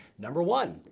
number one,